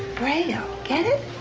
braille. get it?